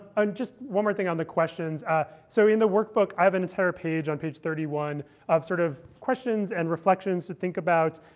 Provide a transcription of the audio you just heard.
and just one more thing on the questions so in the workbook, i have an entire page on page thirty one of sort of questions and reflections to think about.